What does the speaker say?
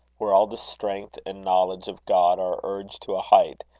where all the strength and knowledge of god are urged to a height,